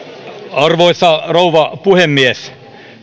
arvoisa rouva puhemies